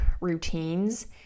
routines